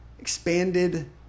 expanded